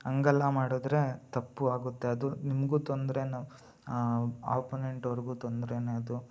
ಹಂಗಲ್ಲ ಮಾಡಿದ್ರೆ ತಪ್ಪು ಆಗುತ್ತೆ ಅದು ನಿಮಗು ತೊಂದ್ರೆ ಆಪೊನೆಂಟ್ ಅವ್ರಿಗು ತೊಂದ್ರೇನೆ ಅದು